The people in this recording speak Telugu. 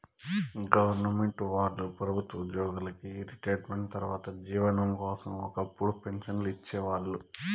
గొవర్నమెంటు వాళ్ళు ప్రభుత్వ ఉద్యోగులకి రిటైర్మెంటు తర్వాత జీవనం కోసం ఒక్కపుడు పింఛన్లు ఇచ్చేవాళ్ళు